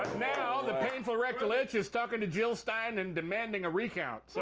now the painful rectal itch is talking to jill stein and demanding a recount. so